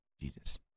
Jesus